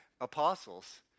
apostles